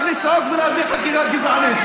רק לצעוק ולהביא חקיקה גזענית,